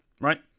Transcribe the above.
right